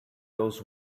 goes